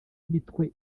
imitwe